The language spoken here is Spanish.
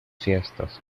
fiestas